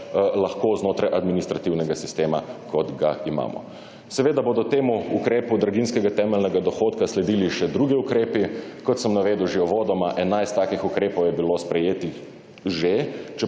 lahko znotraj administrativnega sistema kot ga imamo. Seveda bodo temu ukrepu draginjskega temeljnega dohodka sledili še drugi ukrepi. Kot sem navedel že uvodoma, 11 takih ukrepov je bilo sprejetih že,